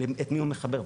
את מי הוא מחבר?